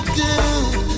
good